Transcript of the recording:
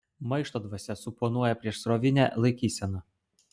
maišto dvasia suponuoja priešsrovinę laikyseną